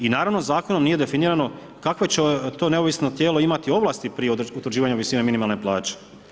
I naravno zakonom nije definirano kakvo će to neovisno tijelo imati ovlasti prije utvrđivanja visine minimalne plaće.